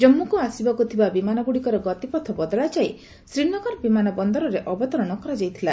ଜାମ୍ମୁକୁ ଆସିବାକୁ ଥିବା ବିମାନଗୁଡ଼ିକର ଗତିପଥ ବଦଳାଯାଇ ଶ୍ରୀନଗର ବିମାନ ବନ୍ଦରରେ ଅବତରଣ କରାଯାଇଥିଲା